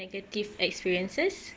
negative experiences